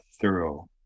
thorough